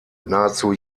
nahezu